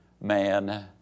man